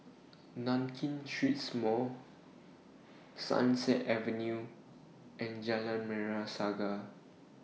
Nankin Street Mall Sunset Avenue and Jalan Merah Saga